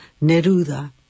Neruda